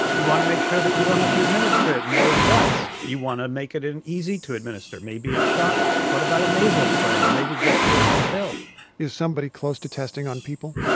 you want to make sure that you don't have to administer it more than once. you want to make it it an easy to administer, maybe a shot what about a nasal spray? or maybe just taking a pill is somebody close to testing on people?